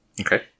Okay